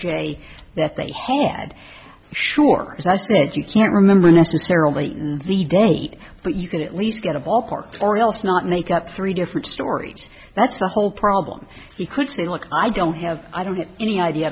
at they had sure that you can't remember necessarily the date but you could at least get a ballpark or else not make up three different stories that's the whole problem you could say look i don't have i don't have any idea